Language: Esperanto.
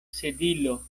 sedilo